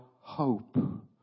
hope